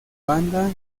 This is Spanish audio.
banda